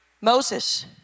Moses